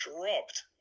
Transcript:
dropped